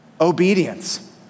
obedience